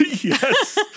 Yes